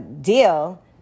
deal